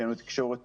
קלינאי תקשורת